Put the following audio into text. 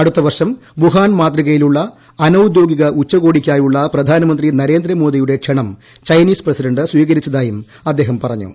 അടുത്തവർഷം വുഹാൻ മാതൃകയിലുള്ള അനൌദ്യോഗിക ഉച്ചകോടിയ്ക്കായുള്ള പ്രധാനമന്ത്രി നരേന്ദ്രമോദിയുടെ ക്ഷണം ചൈനീസ് പ്രസിഡന്റ് സ്വീകരിച്ചതായും അദ്ദേഹം പറഞ്ഞു